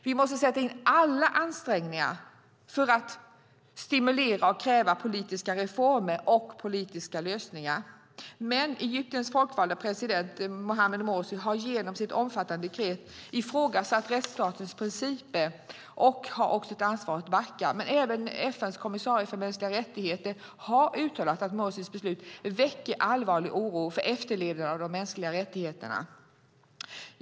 Vi måste sätta in alla ansträngningar för att stimulera och kräva politiska reformer och politiska lösningar. Egyptens folkvalda president Muhammad Mursi har genom sitt omfattande dekret ifrågasatt rättsstatens principer och har ett ansvar att backa tillbaka. Men även FN:s kommissarie för mänskliga rättigheter har uttalat att Mursis beslut väcker allvarlig oro för efterlevnaden av de mänskliga rättigheterna.